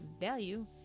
value